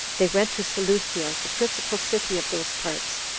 they went to seleucia, the principal city of those parts,